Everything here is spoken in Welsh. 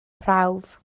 prawf